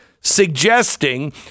suggesting